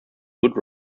good